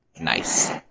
Nice